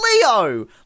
Leo